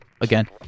again